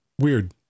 Weird